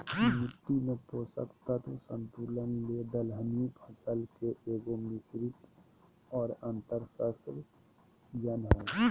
मिट्टी में पोषक तत्व संतुलन ले दलहनी फसल के एगो, मिश्रित और अन्तर्शस्ययन हइ